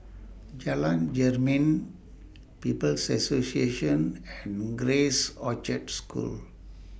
Jalan Jermin People's Association and Grace Orchard School